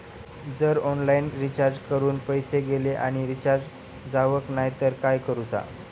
जर online recharge करून पैसे गेले आणि रिचार्ज जावक नाय तर काय करूचा?